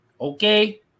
okay